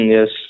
Yes